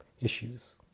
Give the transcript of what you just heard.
issues